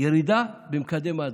ירידה במקדם ההדבקה.